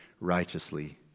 righteously